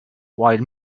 while